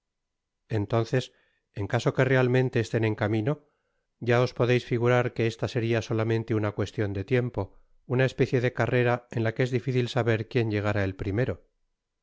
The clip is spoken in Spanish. entonces en caso que realmente estén en camino ya os podeis figurar que esta seria solamente una cueslion de tiempo una especie de carrera en la que es dificil saber quien llegará el primero si